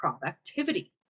productivity